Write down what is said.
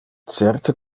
certe